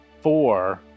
Four